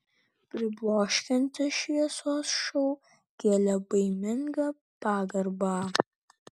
pribloškiantis šviesos šou kėlė baimingą pagarbą